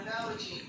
analogy